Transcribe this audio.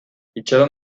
itxaron